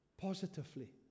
positively